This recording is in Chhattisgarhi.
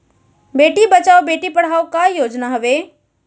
बेटी बचाओ बेटी पढ़ाओ का योजना हवे?